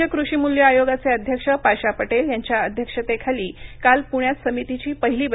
राज्य कृषीमूल्य थायोगाचे वध्यक्ष पाशा पटेल यांच्या अध्यक्षतेखाली काल पुण्यात समितीची पहिली बैठक झाली